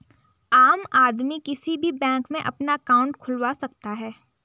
आम आदमी किसी भी बैंक में अपना अंकाउट खुलवा सकता है